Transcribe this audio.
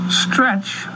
stretch